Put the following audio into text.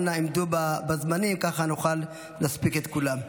אנא, עמדו בזמנים, ככה נוכל להספיק את כולם.